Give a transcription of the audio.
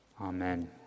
Amen